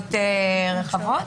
משמעויות רחבות.